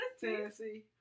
Tennessee